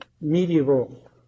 medieval